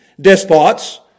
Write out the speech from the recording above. despots